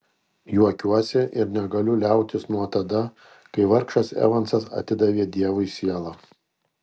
juokiuosi ir negaliu liautis nuo tada kai vargšas evansas atidavė dievui sielą